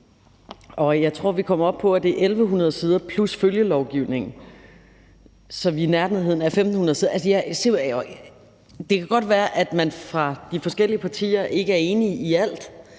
men jeg tror, vi kom op på, at det er 1.100 sider plus følgelovgivning, så vi nærmer os 1.500 sider. Det kan godt være, at man fra de forskellige partiers side ikke er enige i alt